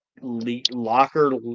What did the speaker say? locker